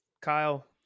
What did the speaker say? Kyle